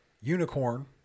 Unicorn